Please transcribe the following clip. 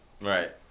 Right